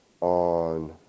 on